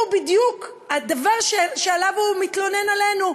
הוא בדיוק הדבר שעליו הוא מתלונן עלינו.